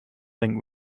link